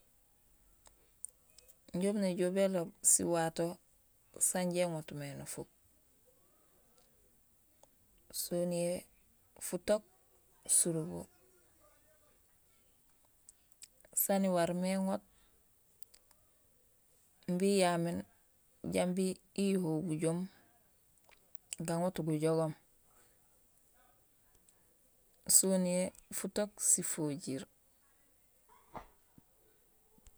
Injé umu néjool béloob siwato sanja iŋotmé nufuuk; soniyee futook surubo. Saan iwarmé iŋoot imbi iyaméén jambi iyuhohul bujoom gaŋoot gujogoom soniyee futook sifojiir.